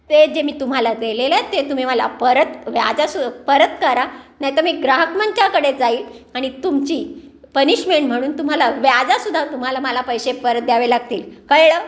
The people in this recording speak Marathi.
ते जे मी तुम्हाला दिलेले ते तुम्ही मला परत व्याजासु परत करा नाही मी ग्राहक मंचाकडे जाईल आणि तुमची पनिशमेंट म्हणून तुम्हाला व्याज सुद्धा तुम्हाला मला पैसे परत द्यावे लागतील कळलं